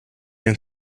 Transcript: and